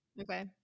okay